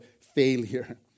failure